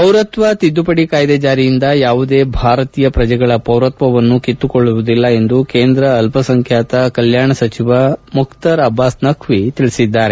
ಪೌರಕ್ವ ತಿದ್ದುಪಡಿ ಕಾಯ್ದೆ ಜಾರಿಯಿಂದ ಯಾವುದೇ ಭಾರತೀಯ ಪ್ರಜೆಗಳ ಪೌರತ್ವವನ್ನು ಕಿತ್ತುಕೊಳ್ಳುವುದಿಲ್ಲ ಎಂದು ಕೇಂದ್ರ ಅಲ್ಲಸಂಖ್ಯಾತರ ಕಲ್ಯಾಣ ಸಚಿವ ಮುಖ್ತಾರ್ ಅಬ್ಬಾಸ್ ನಖ್ವಿ ಹೇಳಿದ್ದಾರೆ